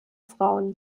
frauen